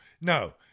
No